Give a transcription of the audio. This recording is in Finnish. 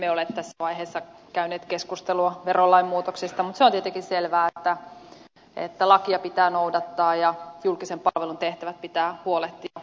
emme ole tässä vaiheessa käyneet keskustelua verolain muutoksesta mutta se on tietenkin selvää että lakia pitää noudattaa ja julkisen palvelun tehtävistä pitää huolehtia